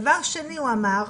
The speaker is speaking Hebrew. דבר שלישי הוא אמר,